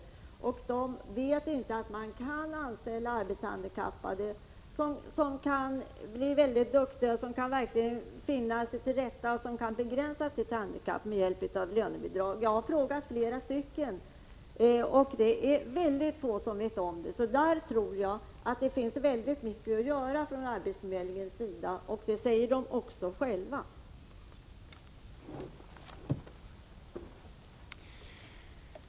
De vet inte att de med hjälp av lönebidrag kan anställa arbetshandikappade, som kan bli mycket duktiga, finna sig till rätta och begränsa sitt handikapp. Jag har frågat flera stycken, och det är få som känner till lönebidraget. På detta område finns det mycket att göra för arbetsförmedlingarna, och det säger de också själva. handikappade att få arbete på den öppna